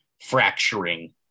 fracturing